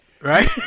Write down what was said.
Right